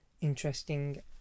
interesting